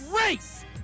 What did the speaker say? race